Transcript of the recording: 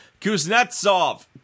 Kuznetsov